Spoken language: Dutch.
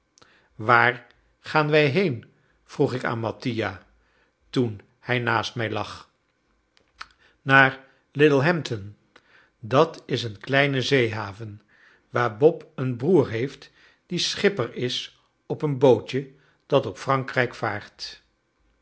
waar gaan wij heen vroeg ik aan mattia toen hij naast mij lag naar littlehampton dat is een kleine zeehaven waar bob een broer heeft die schipper is op een bootje dat op frankrijk vaart